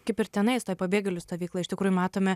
kaip ir tenais tų pabėgėlių stovyklą iš tikrųjų matome